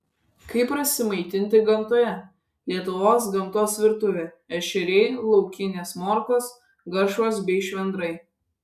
kaip prasimaitinti gamtoje lietuvos gamtos virtuvė ešeriai laukinės morkos garšvos bei švendrai